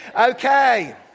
Okay